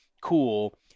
cool